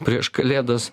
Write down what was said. prieš kalėdas